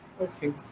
Okay